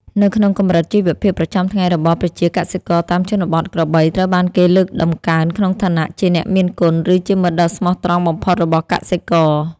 នៅក្នុងកម្រិតជីវភាពប្រចាំថ្ងៃរបស់ប្រជាកសិករតាមជនបទ ក្របីត្រូវបានគេលើកតម្កើងក្នុងឋានៈជា អ្នកមានគុណ ឬជាមិត្តដ៏ស្មោះត្រង់បំផុតរបស់កសិករ។